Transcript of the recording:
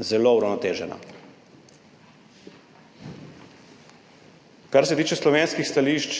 zelo uravnotežena. Kar se tiče slovenskih stališč,